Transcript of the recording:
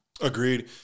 agreed